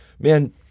Man